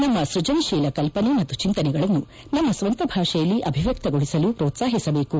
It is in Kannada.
ನಮ್ನ ಸ್ಫಜನಶೀಲ ಕಲ್ಪನೆ ಮತ್ತು ಚಿಂತನೆಗಳನ್ನು ನಮ್ನ ಸ್ವಂತ ಭಾಷೆಯಲ್ಲಿ ಅಭಿವ್ಯಕ್ತಗೊಳಿಸಲು ಪ್ರೋತ್ಸಾಹಿಸಬೇಕು